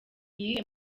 iyihe